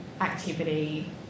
activity